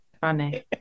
funny